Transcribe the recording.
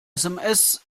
sms